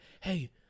hey